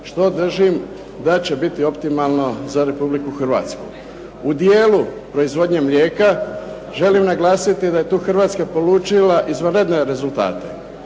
što držim da će biti optimalno za Republiku Hrvatsku. U dijelu proizvodnje mlijeka želim naglasiti da je tu Hrvatska polučila izvanredne rezultate